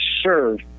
serve